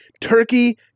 Turkey